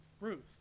Ruth